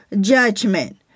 judgment